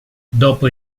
dopo